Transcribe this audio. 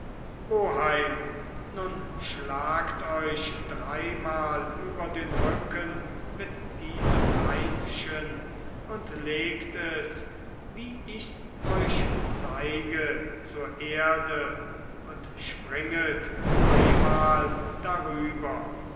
oheim nun schlagt euch dreimal über den rücken mit diesem reischen und legt es wie ichs euch zeige zur erde und springet dreimal darüber